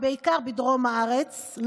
ובעיקר בדרום הארץ,